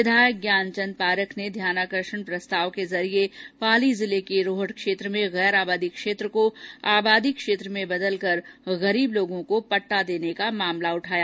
विधायक ज्ञानचंद पारख ने ध्यानाकर्षण प्रस्ताव के जरिये पाली जिले के रोहट क्षेत्र में गैर आबादी क्षेत्र को आबादी क्षेत्र में बदलकर गरीब लोगों को पट्टा देने का मामला उठाया